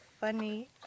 funny